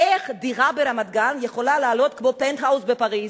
איך דירה ברמת-גן יכולה לעלות כמו פנטהאוז בפריס?